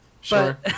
Sure